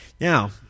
Now